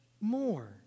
more